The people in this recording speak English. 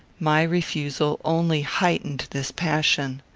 my refusal only heightened this passion.